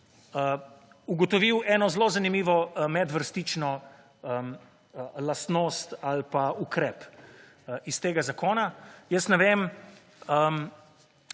ugotovil eno zelo zanimivo medvrstično lastnost ali pa ukrep iz tega zakona. Jaz ne vem,